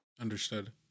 Understood